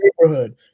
neighborhood